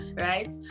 right